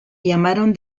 llamaron